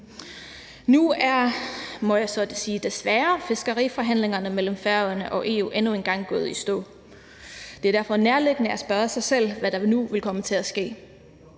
må jeg desværre sige, fiskeriforhandlingerne mellem Færøerne og EU endnu en gang gået i stå. Det er derfor nærliggende at spørge sig selv, hvad der nu vil komme til at ske.